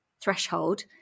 threshold